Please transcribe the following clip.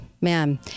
Man